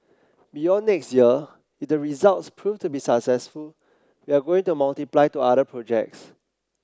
beyond next year if the results proved to be successful we are going to multiply to other projects